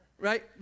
right